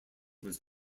was